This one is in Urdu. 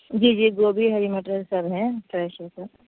جی جی گوبھی ہری مٹر سب ہیں فریش ہیں سب